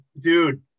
dude